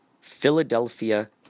Philadelphia